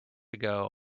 ago